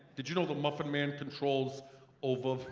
did you know the muffin man controls over